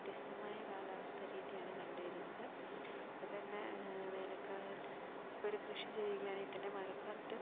വ്യത്യസ്തമായ കാലാവസ്ഥ രീതിയാണ് കണ്ടുവരുന്നത് ഇപ്പോൾതന്നെ ഇപ്പോൾ ഒരു കൃഷി ചെയ്യുകയാണെങ്കിൽ തന്നെ മഴക്കാലത്ത്